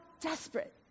desperate